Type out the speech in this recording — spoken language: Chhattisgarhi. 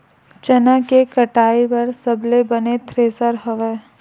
चना के कटाई बर सबले बने थ्रेसर हवय?